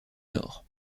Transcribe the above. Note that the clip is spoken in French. nord